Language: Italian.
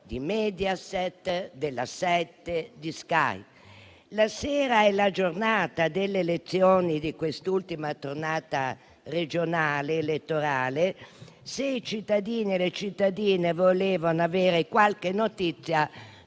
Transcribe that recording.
di Mediaset, La7 e Sky. La sera e la giornata delle elezioni di quest'ultima tornata elettorale regionale, se i cittadini e le cittadine volevano avere qualche notizia,